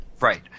Right